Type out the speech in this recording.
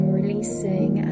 releasing